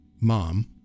mom